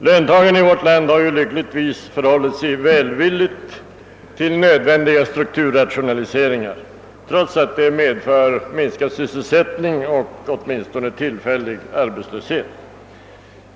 Löntagarna i vårt land har lyckligtvis förhållit sig välvilliga till nödvändiga strukturrationaliseringar trots att dessa medför minskad sysselsättning och, åtminstone tillfälligt, arbetslöshet.